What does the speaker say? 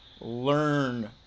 learn